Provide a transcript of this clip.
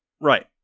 Right